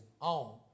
on